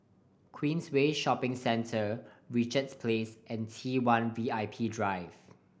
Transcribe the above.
Queensway Shopping Centre Richards Place and T One V I P Drive